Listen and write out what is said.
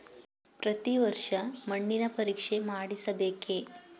ಪ್ರತಿ ವರ್ಷ ಮಣ್ಣಿನ ಪರೀಕ್ಷೆ ಮಾಡಿಸಬೇಕೇ?